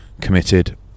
committed